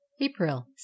April